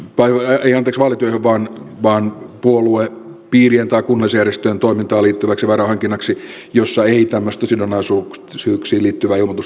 varoja ei ollut yhtään vaan puolueen piiri antaa puoluepiirien tai kunnallisjärjestöjen toimintaan liittyväksi varainhankinnaksi jossa ei tämmöistä sidonnaisuuksiin liittyvää ilmoitusta tarvita